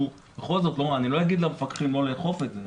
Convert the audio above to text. בכל זאת אני לא אגיד למפקחים לא לאכוף את זה,